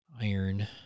iron